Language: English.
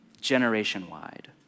generation-wide